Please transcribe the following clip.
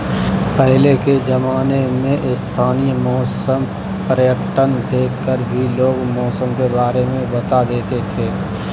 पहले के ज़माने में स्थानीय मौसम पैटर्न देख कर भी लोग मौसम के बारे में बता देते थे